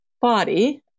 body